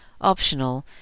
optional